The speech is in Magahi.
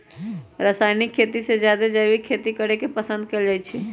रासायनिक खेती से जादे जैविक खेती करे के पसंद कएल जाई छई